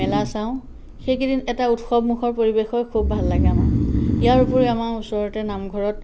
মেলা চাওঁ সেইকেইদিন এটা উৎসৱমুখৰ পৰিৱেশ হয় খুব ভাল লাগে আমাৰ ইয়াৰ উপৰিও আমাৰ ওচৰতে নামঘৰত